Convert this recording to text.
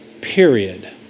period